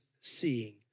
seeing